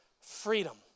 freedom